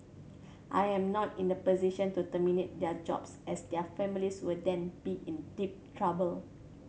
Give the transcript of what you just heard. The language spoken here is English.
I am not in a position to terminate their jobs as their families will then be in deep trouble